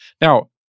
Now